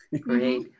Great